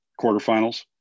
quarterfinals